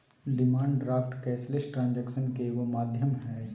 demand draft cashless ट्रांजेक्शनन के एगो माध्यम हइ